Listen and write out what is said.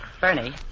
Bernie